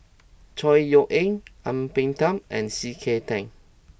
Chor Yeok Eng Ang Peng Tiam and C K Tang